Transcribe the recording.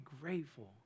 grateful